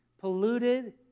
Polluted